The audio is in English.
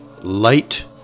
Light